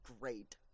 great